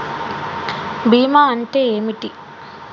బీమా అంటే ఏమిటి?